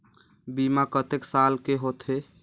बीमा कतेक साल के होथे?